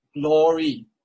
glory